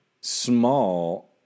small